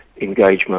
engagement